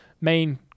main